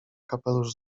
kapelusz